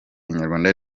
inyarwanda